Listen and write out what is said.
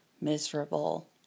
miserable